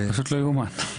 פשוט לא יאומן.